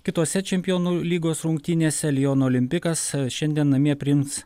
kitose čempionų lygos rungtynėse liono olimpikas šiandien namie priims